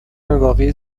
واقعی